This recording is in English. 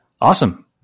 awesome